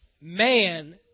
man